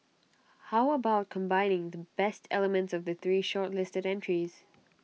how about combining the best elements of the three shortlisted entries